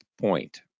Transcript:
point